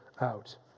out